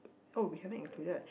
oh we haven't included